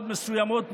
מאוד מסוימות,